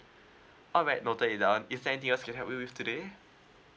alright noted it done if there anything else I can help you with today